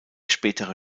spätere